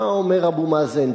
מה אומר אבו מאזן?